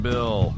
Bill